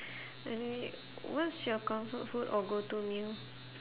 anyway what's your comfort food or go-to meal